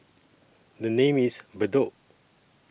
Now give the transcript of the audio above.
The name IS Bedok